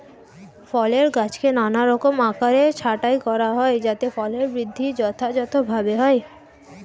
ফলের গাছকে নানারকম আকারে ছাঁটাই করা হয় যাতে ফলের বৃদ্ধি যথাযথভাবে হয়